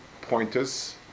pointers